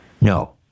No